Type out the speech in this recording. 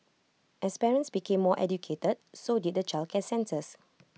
as parents became more educated so did the childcare centres